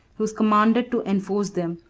who is commanded to enforce them,